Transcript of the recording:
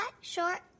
short